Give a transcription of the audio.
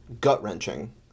gut-wrenching